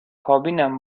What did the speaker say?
کابینم